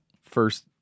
first